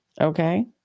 Okay